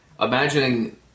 Imagining